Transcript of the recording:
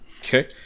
Okay